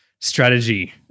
Strategy